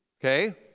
okay